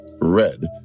red